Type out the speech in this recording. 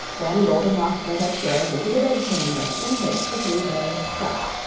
then goldenlocks went upstairs into the bedchamber in which the three bears slept.